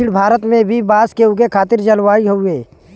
दक्षिण भारत में भी बांस के उगे खातिर जलवायु हउवे